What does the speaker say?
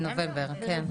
נובמבר כן.